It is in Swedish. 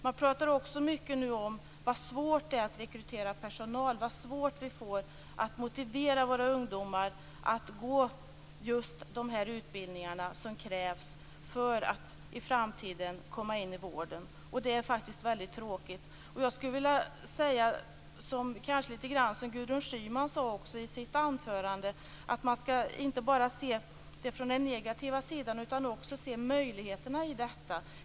Man pratar också mycket om hur svårt det är att rekrytera personal och hur svårt det kommer att bli att motivera ungdomar att gå just de utbildningar som krävs för att i framtiden komma in i vården. Det är väldigt tråkigt. Jag skulle vilja säga, som Gudrun Schyman också sade i sitt anförande, att man skall inte bara se det från den negativa sidan utan också se möjligheterna i detta.